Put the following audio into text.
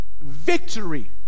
victory